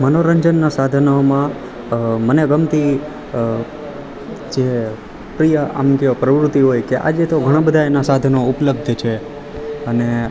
મનોરંજનના સાધનોમાં મને ગમતી જે પ્રિય આમ કે પ્રવૃત્તિ હોય કે આજે તો ઘણાં બધાં એના સાધનો ઉપલબ્ધ છે અને